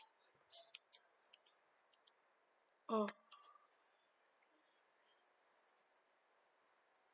oh